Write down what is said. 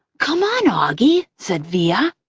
come on, auggie! said via.